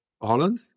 Holland